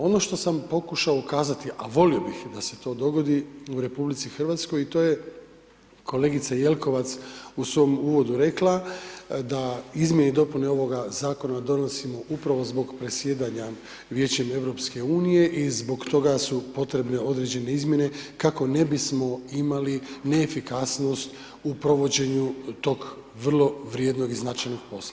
Ono što sam pokušao ukazati, a volio bih da se to dogodi u RH i to je kolegica Jelkovac u svom uvodu rekla da izmjene i dopune ovoga zakona donosimo upravo zbog predsjedanja Vijećem EU i zbog toga su potrebne određene izmjene kako ne bismo imali ne efikasnost u provođenju tog vrlo vrijednog i značajnog posla.